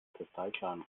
kristallklaren